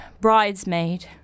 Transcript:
bridesmaid